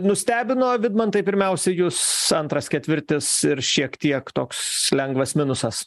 nustebino vidmantai pirmiausia jus antras ketvirtis ir šiek tiek toks lengvas minusas